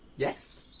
yes?